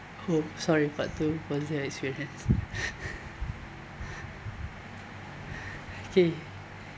oh sorry part two positive experience okay